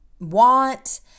want